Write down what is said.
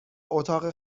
اتاق